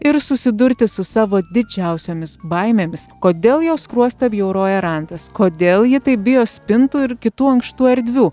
ir susidurti su savo didžiausiomis baimėmis kodėl jos skruostą bjauroja randas kodėl ji taip bijo spintų ir kitų ankštų erdvių